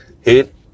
hit